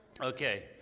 Okay